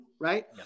right